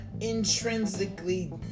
intrinsically